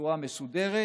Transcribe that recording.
בצורה מסודרת,